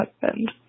husband